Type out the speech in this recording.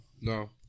No